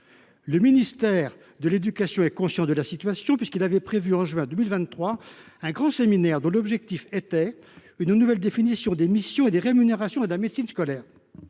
Le ministère de l’éducation nationale est conscient de la situation, puisqu’il avait prévu en juin 2023 un grand séminaire, dont l’objectif était une nouvelle définition des missions et des rémunérations d’un médecin scolaire.